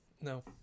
No